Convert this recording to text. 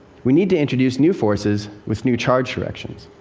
we need to introduce new forces with new charge directions.